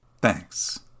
Thanks